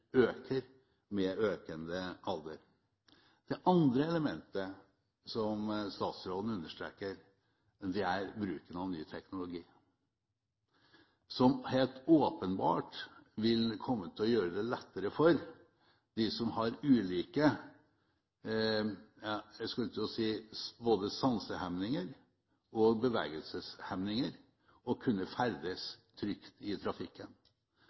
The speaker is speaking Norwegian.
øker med økende alder. Det andre elementet som statsråden understreker, er bruken av ny teknologi, som helt åpenbart vil komme til å gjøre det lettere for dem som har ulike – jeg skulle til å si – både sansehemninger og bevegelseshemninger, å kunne ferdes trygt i trafikken.